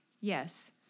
Yes